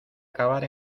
acabar